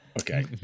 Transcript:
okay